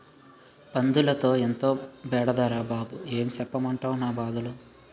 పందులతో ఎంతో బెడదరా బాబూ ఏం సెప్పమంటవ్ నా బాధలు